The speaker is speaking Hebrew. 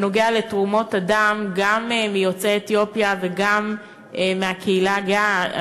בנוגע לתרומות הדם גם מיוצאי אתיופיה וגם מהקהילה הגאה,